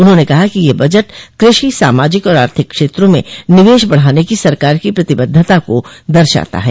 उन्होंने कहा कि यह बजट कृषि सामाजिक और आर्थिक क्षेत्रों में निवेश बढ़ाने की सरकार की प्रतिबद्धता को दर्शाता है